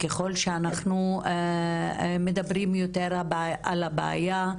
שככל שאנחנו מדברים יותר על הבעיה,